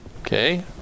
Okay